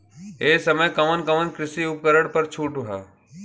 ए समय कवन कवन कृषि उपकरण पर छूट ह?